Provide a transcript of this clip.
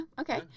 Okay